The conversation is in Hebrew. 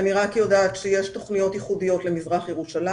אני רק יודעת שיש תוכניות ייחודיות למזרח ירושלים,